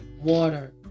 water